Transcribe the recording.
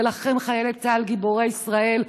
ולכם, חיילי צה"ל, גיבורי ישראל,